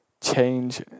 change